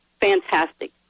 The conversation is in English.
fantastic